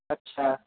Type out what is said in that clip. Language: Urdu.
اچھا